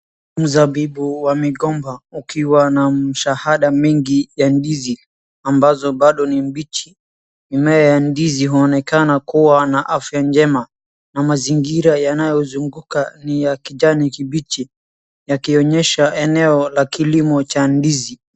Mzabibu wa migomba, ukiwa na mshahada mingi ya ndizi, ambazo bado ni mbichi. Mimea ya ndizi huonekana kuwa na afya njema, na mazingira yanayozunguka ni ya kijani kibichi, yakionyesha eneo la kilimo cha ndizi.